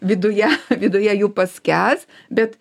viduje viduje jų paskęs bet